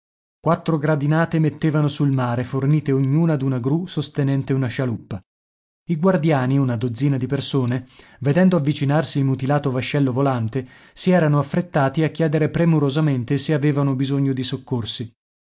quattro gradinate mettevano sul mare fornite ognuna d'una gru sostenente una scialuppa i guardiani una dozzina di persone vedendo avvicinarsi il mutilato vascello volante si erano affrettati a chiedere premurosamente se avevano bisogno di soccorsi